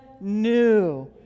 new